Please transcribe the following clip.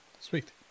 Sweet